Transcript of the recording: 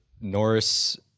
Norris